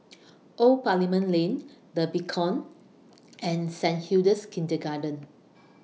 Old Parliament Lane The Beacon and Saint Hilda's Kindergarten